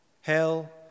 hell